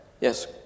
Yes